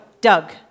Doug